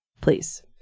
Please